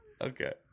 Okay